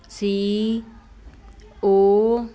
C O